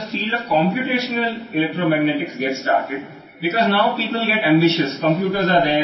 అప్పుడు 1960 లలో computation electromagnetics field ప్రారంభమైంది ఎందుకంటే ఇప్పుడు మీరు ప్రతిష్టాత్మకమైన కంప్యూటర్లను పొందుతున్నారు